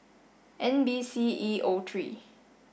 N B C E O three